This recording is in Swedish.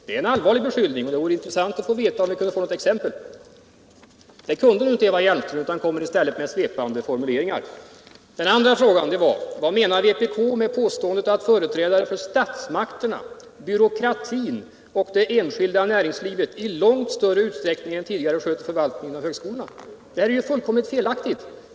Det är en allvarlig beskyllning, och det vore intressant om vi kunde få något exempel. Det kunde inte Eva Hjelmström ge, utan hon kom i stället med svepande formuleringar. För det andra frågade jag: Vad menar vpk med påståendet att företrädare för statsmakterna, byråkratin och det enskilda näringslivet i långt större utsträckning än tidigare sköter förvaltningen av högskolorna? Det är ju fullkomligt felaktigt.